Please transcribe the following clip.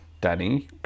Danny